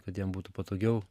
kad jam būtų patogiau